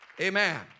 Amen